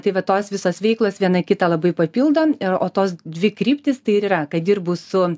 tai va tos visos veiklos viena kitą labai papildo ir o tos dvi kryptys tai ir yra kad dirbu su